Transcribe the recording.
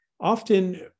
Often